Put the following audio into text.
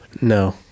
No